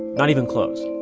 not even close.